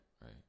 right